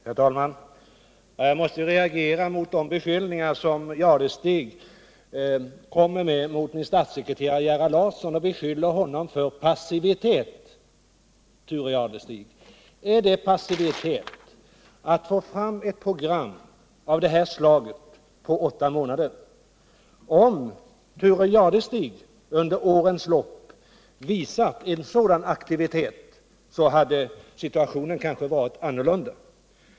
Herr talman! Jag måste reagera mot att Thure Jadestig beskyller min statssekreterare Gerhard Larsson för passivitet. Är det passivitet, Thure Jadestig, att på åtta månader få fram ett program som det som nu föreligger? Om Thure Jadestig under årens lopp hade visat samma aktivitet som denna proposition är ett bevis på, så hade kanske situationen varit annorlunda.